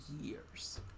years